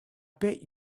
bet